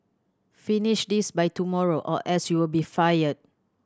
finish this by tomorrow or else you'll be fired